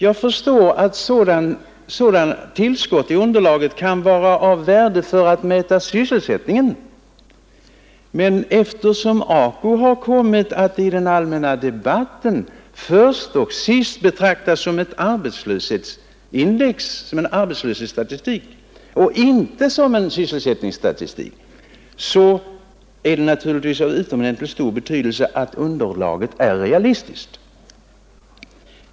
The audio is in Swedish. Jag förstår att sådana tillskott i underlaget kan vara av värde för att mäta sysselsättningen, men eftersom AKU i den allmänna debatten har kommit att först och sist betraktas som en arbetslöshetsstatistik, inte som en sysselsättningsstatistik, är det av utomordentligt stor betydelse att underlaget är realistiskt.